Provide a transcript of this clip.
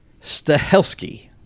Stahelski